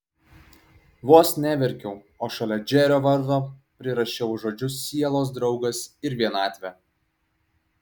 vos neverkiau o šalia džerio vardo prirašiau žodžius sielos draugas ir vienatvė